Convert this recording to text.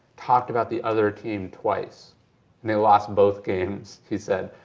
talked about the other team twice and they lost both games he said.